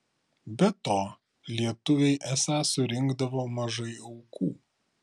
be to lietuviai esą surinkdavo mažai aukų